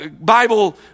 Bible